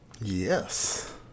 Yes